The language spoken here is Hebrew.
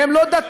והם לא דתיים,